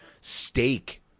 Steak